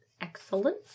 Excellent